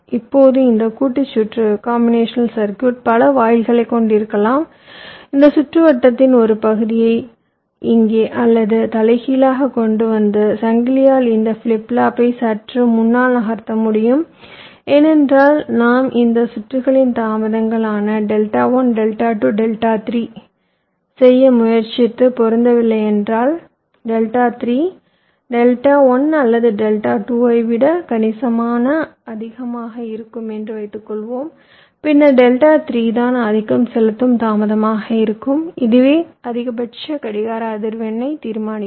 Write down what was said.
இப்போது இந்த கூட்டு சுற்று பல வாயில்களைக் கொண்டிருக்கலாம் இந்த சுற்றுவட்டத்தின் ஒரு பகுதியை இங்கே அல்லது தலைகீழாகக் கொண்டு வந்து சங்கிலியால் இந்த ஃபிளிப் ஃப்ளாப்பை சற்று முன்னால் நகர்த்த முடியும் ஏனென்றால் நாம் இந்த சுற்றுகளின் தாமதங்கள் ஆன டெல்டா 1 டெல்டா 2 டெல்டா 3 செய்ய முயற்சித்து பொருந்தவில்லை என்றால் டெல்டா 3 டெல்டா 1 அல்லது டெல்டா 2 ஐ விட கணிசமாக அதிகமாக இருக்கும் என்று வைத்துக்கொள்வோம் பின்னர் டெல்டா3 தான் ஆதிக்கம் செலுத்தும் தாமதமாக இருக்கும் இதுவே அதிகபட்ச கடிகார அதிர்வெண்ணை தீர்மானிக்கும்